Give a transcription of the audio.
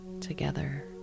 together